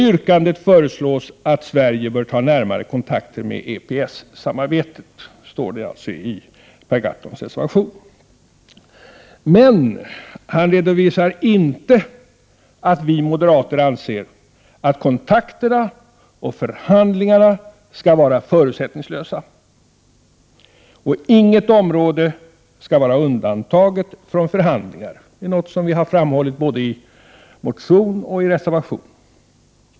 I yrkandet föreslås att Sverige bör ha närmare kontakter med EPS-samarbetet.” Ja, så står det alltså i Per Gahrtons reservation. Men Per Gahrton redovisar inte att vi moderater anser att kontakterna och förhandlingarna skall vara förutsättningslösa. Inget område skall vara undantaget när det gäller förhandlingar — något som vi har framhållit i både motion och reservation.